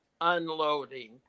unloading